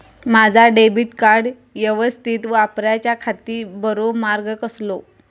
माजा debit card यवस्तीत वापराच्याखाती बरो मार्ग कसलो?